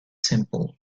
simple